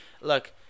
look—